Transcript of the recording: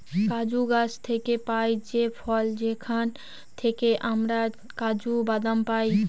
কাজু গাছ থেকে পাই যে ফল সেখান থেকে আমরা কাজু বাদাম পাই